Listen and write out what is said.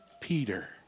Peter